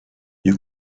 you